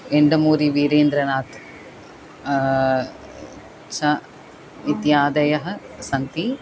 एण्डमूरि वीरेन्द्रनाथः सः इत्यादयः सन्ति